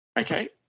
Okay